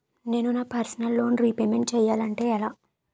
నేను నా personal loan repayment చేయాలంటే ఎలా?